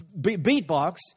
beatbox